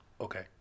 Okay